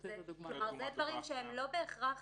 אלה דברים שהם לא בהכרח